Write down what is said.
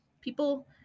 People